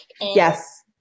Yes